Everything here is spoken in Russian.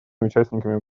участниками